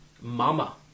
Mama